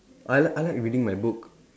I like I like reading my book